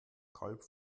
kalb